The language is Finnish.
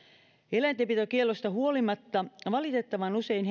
eläintenpitokiellosta huolimatta valitettavan usein